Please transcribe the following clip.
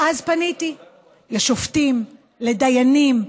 ואז פניתי לשופטים, לדיינים,